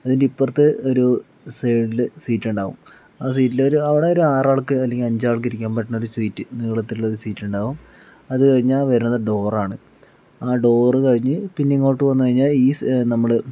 അതിൻ്റെ ഇപ്പുറത്ത് ഒരു സൈഡിൽ സീറ്റ് ഉണ്ടാകും ആ സീറ്റിൽ ഒരു ആറ് ആൾക്ക് അല്ലെങ്കിൽ അഞ്ചാൾക്ക് ഇരിക്കാൻ പറ്റുന്ന ഒരു സീറ്റ് നീളത്തിൽ ഉള്ള ഒരു സീറ്റ് ഉണ്ടാകും അത് കഴിഞ്ഞാൽ വരുന്നത് ഡോറാണ് ആ ഡോറ് കഴിഞ്ഞ് പിന്നെ ഇങ്ങോട്ട് വന്ന് കഴിഞ്ഞാൽ ഈ സൈ നമ്മൾ